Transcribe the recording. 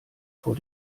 vor